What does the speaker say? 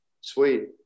Sweet